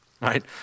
right